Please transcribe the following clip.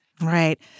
Right